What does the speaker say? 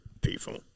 people